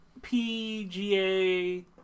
PGA